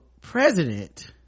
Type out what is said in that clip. president